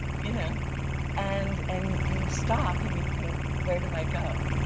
you know and and you stop, and you think, where do i go?